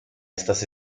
estas